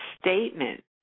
statement